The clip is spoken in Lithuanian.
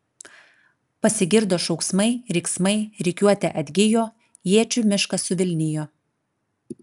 pasigirdo šauksmai riksmai rikiuotė atgijo iečių miškas suvilnijo